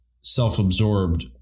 self-absorbed